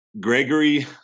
Gregory